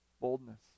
boldness